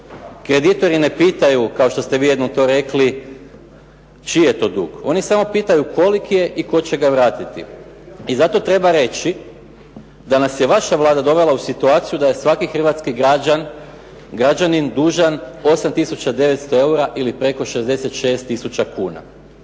Kreditori ne pitaju, kao što ste to vi jednom rekli, čiji je to dug, oni samo pitaju koliki je i tko će ga vratiti. I zato treba reći da nas je vaša Vlada dovela u situaciju da je svaki hrvatski građanin dužan 8 tisuća 900 eura ili preko 66 tisuća kuna.